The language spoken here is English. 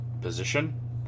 position